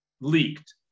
leaked